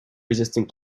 resistant